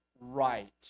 right